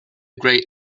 grey